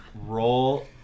Roll